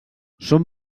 són